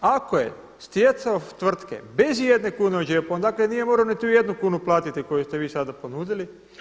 Ako je stjecao tvrtke bez ijedne kune u džepu, on dakle nije morao niti jednu kunu platiti koju ste vi sada ponudili.